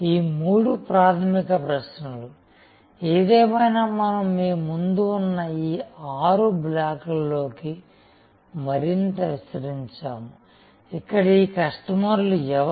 ఈ మూడు ప్రాథమిక ప్రశ్నలు ఏదేమైనా మనం మీ ముందు ఉన్న ఈ ఆరు బ్లాక్లలోకి మరింత విస్తరించాము ఇక్కడ ఈ కస్టమర్లు ఎవరు